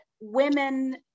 women